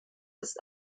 ist